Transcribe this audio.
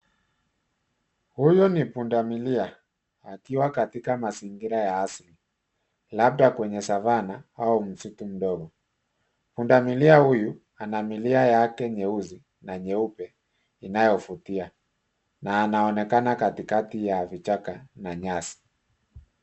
Huyu ni punda milia akiwa katika mazingira ya asili labda kwenye savana au msitu mdogo. Punda milia huyu ana milia yake nyeusi na nyeupe inayovutia katikati ya vichaka na nyasi.